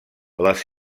les